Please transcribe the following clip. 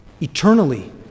eternally